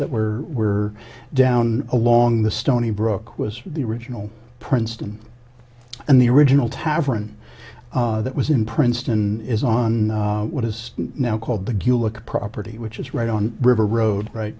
that were were down along the stony brook was the original princeton and the original tavern that was in princeton is on what is now called the gulick property which is right on river road right